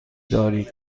دارید